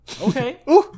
okay